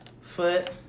foot